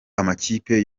amakipe